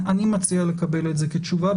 אני מציע לקבל את זה כתשובה,